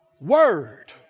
Word